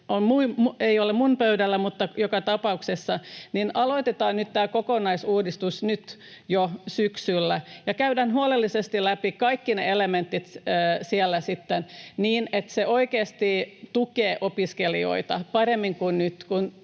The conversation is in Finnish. ei ole minun pöydälläni, mutta joka tapauksessa — tämä kokonaisuudistus aloitetaan nyt jo syksyllä ja käydään huolellisesti läpi kaikki ne elementit siellä sitten niin, että se oikeasti tukee opiskelijoita paremmin kuin nyt,